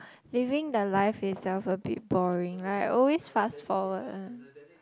living the life itself is a bit boring I always fast forward one